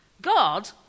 God